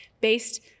based